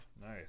Nice